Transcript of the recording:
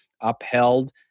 upheld